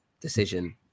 decision